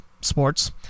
sports